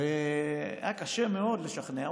היה קשה מאוד לשכנע.